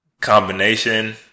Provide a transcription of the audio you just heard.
combination